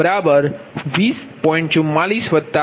440